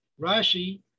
Rashi